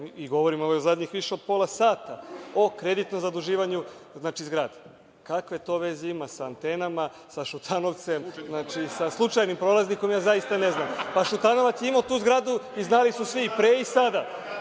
govorimo više od pola sata o kreditnom zaduživanju zgrade. Kakve to veze ima sa antenama, sa Šutanovcem, sa slučajnim prolaznikom? Zaista ne znam. Šutanovac je imao tu zgradu i znali su svi i pre i sada.